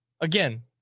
again